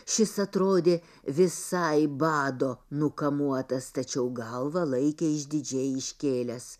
šis atrodė visai bado nukamuotas tačiau galvą laikė išdidžiai iškėlęs